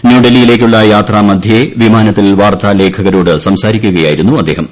ന്യൂഡൽഹിയിലേയ്ക്കുള്ള യാത്രാമധ്യേ വിമാനത്തിൽ വാർത്താ ലേഖകരോട് സംസാരിക്കുകയായിരുന്നു അദ്ദേഹം